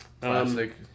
Classic